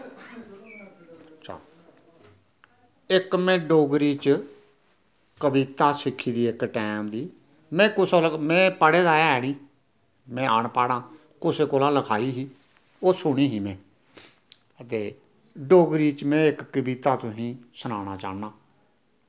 इक में डोगरी च कविता सिक्खी दी इक टैम दी में कुसै कोला में पढ़े दा ऐं नीं में अनपढ़ आं कुसै कोला लखाई ही एह् सुनी ही में के डोगरी च में इक कविता तुसें सनाना चाह्न्नां